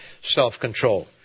self-control